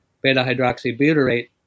beta-hydroxybutyrate